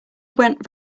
went